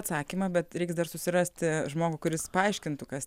atsakymą bet reiks dar susirasti žmogų kuris paaiškintų kas